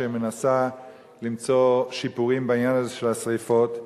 שמנסה למצוא שיפורים בעניין הזה של השרפות.